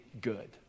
good